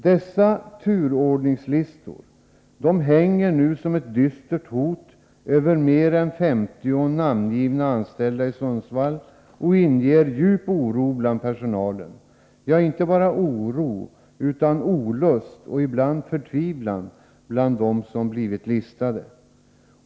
Dessa turordningslistor hänger nu som ett dystert hot över mer än 50 namngivna anställda i Sundsvall och inger djup oro bland personalen — ja, inte bara oro utan olust och ibland förtvivlan bland dem som blivit ”listade”.